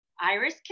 Iris